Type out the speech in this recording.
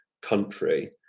country